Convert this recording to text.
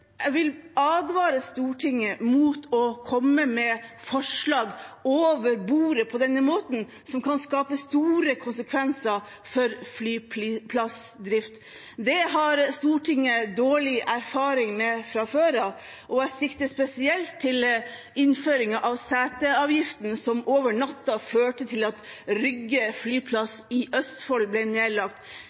Jeg vil advare Stortinget mot å komme med forslag over bordet på denne måten, som kan skape store konsekvenser for flyplassdriften. Det har Stortinget dårlig erfaring med fra før. Jeg sikter spesielt til innføringen av seteavgiften, som over natten førte til at Rygge flyplass i Østfold ble nedlagt.